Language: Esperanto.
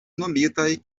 nomitaj